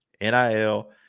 NIL